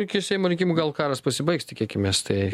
iki seimo rinkimų gal karas pasibaigs tikėkimės tai